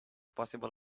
possible